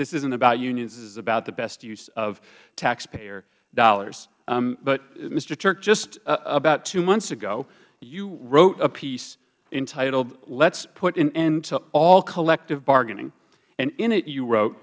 this isn't about union this is about the best use of taxpayer dollars but mr htuerk just about two months ago you wrote a piece entitled let's put an end to all collective bargaining and in it you wrote